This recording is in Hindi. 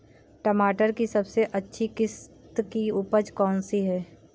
टमाटर की सबसे अच्छी किश्त की उपज कौन सी है?